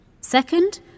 Second